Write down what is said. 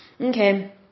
Okay